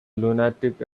lunatic